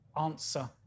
answer